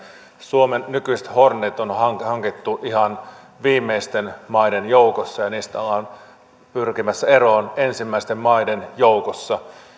suomen nykyiset hornetit on on hankittu ihan viimeisten maiden joukossa ja niistä ollaan pyrkimässä eroon ensimmäisten maiden joukossa